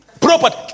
Property